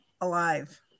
alive